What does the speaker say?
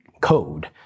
code